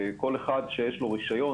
כל אחד שיש לו רשיון,